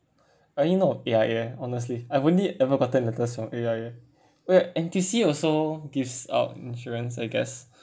I only know of A_I_A honestly I only ever gotten letters from A_I_A where N_T_U_C also gives out insurance I guess